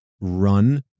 run